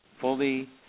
fully